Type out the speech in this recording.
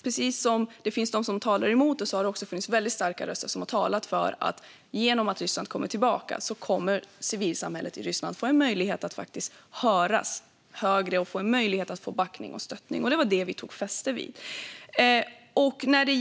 Precis som det finns de som talar emot har det också funnits starka röster som har talat för att genom att Ryssland kommer tillbaka kommer civilsamhället i Ryssland att höras bättre samt få backning och stöttning. Det var det vi tog fasta på.